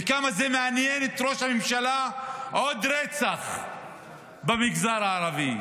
וכמה זה מעניין את ראש הממשלה עוד רצח במגזר הערבי.